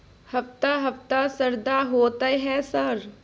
हफ्ता हफ्ता शरदा होतय है सर?